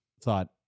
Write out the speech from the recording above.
thought